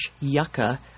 yucca